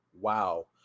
wow